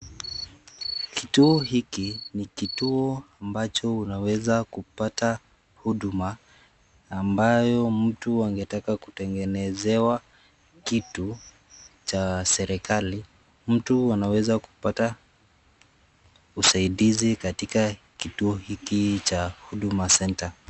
Kituo hiki ni kituo ambacho unaweza kupata huduma ambayo mtu angetaka kutengenezewa kitu cha serikali. Mtu anaweza kupata usaidizi katika kituo hiki cha Huduma Center.